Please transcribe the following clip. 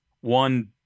one